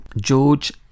George